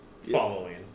following